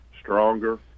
stronger